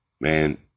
man